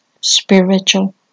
spiritual